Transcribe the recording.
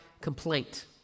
complaint